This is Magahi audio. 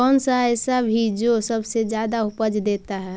कौन सा ऐसा भी जो सबसे ज्यादा उपज देता है?